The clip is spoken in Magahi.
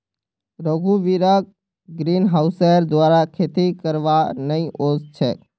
रघुवीरक ग्रीनहाउसेर द्वारा खेती करवा नइ ओस छेक